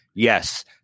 Yes